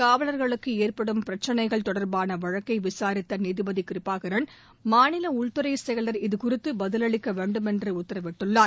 காவலர்களுக்கு ஏற்படும் பிரச்சினைகள் தொடர்பான வழக்கை விசாரித்த நீதிபதி கிருபாகரன் மாநில உள்துறைச் செயலர் இதுகுறித்து பதிலளிக்க வேண்டும் என்று உத்தரவிட்டுள்ளார்